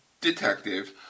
detective